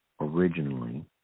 originally